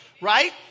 right